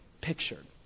pictured